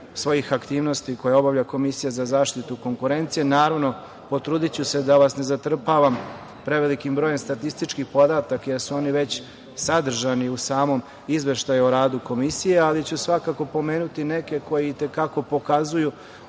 svojih aktivnosti koje obavlja Komisija za zaštitu konkurencije. Naravno, potrudiću se da vas ne zatrpavam prevelikim brojem statističkih podataka, jer su oni već sadržani u samom izveštaju o radu Komisije, ali ću svakako pomenuti neke koji i te kako pokazuju,